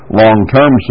long-term